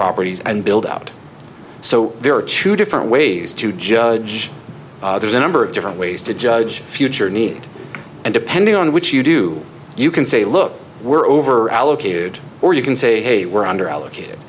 properties and build out so there are two different ways to judge there's a number of different ways to judge future need and depending on which you do you can say look we're over allocated or you can say we're under allocate